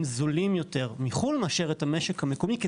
זולים יותר מחו"ל מאשר את המשק המקומי,